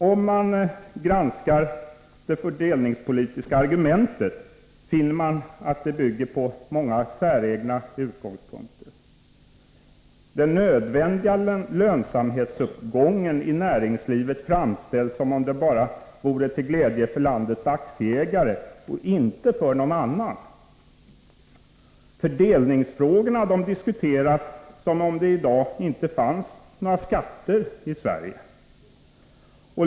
Om man granskar det fördelningspolitiska argumentet finner man att det bygger på många säregna utgångspunkter. Den nödvändiga lönsamhetsuppgången i näringslivet framställs som om den bara vore till glädje för landets aktieägare och inte för någon annan. Fördelningsfrågorna diskuteras som om det i dag inte fanns några skatter i Sverige.